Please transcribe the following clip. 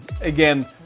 again